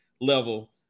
level